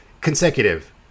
Consecutive